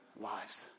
lives